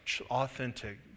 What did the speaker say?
authentic